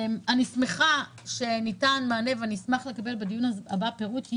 אני שמחה שניתן מענה ואשמח לקבל בדיון הבא פירוט יתר,